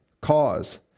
cause